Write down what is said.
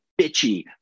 bitchy